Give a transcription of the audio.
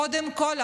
קודם כול,